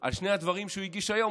על שני הדברים שהוא הגיש היום,